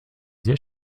sehr